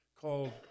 called